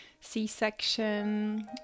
c-section